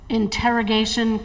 interrogation